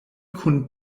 kun